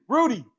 Rudy